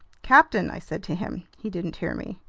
captain! i said to him. he didn't hear me.